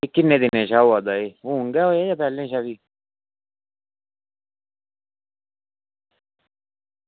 ते किन्ने दिनें कशा होआ दा एह् हून गै होएआ जां पैह्लें कशा बी